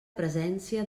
presència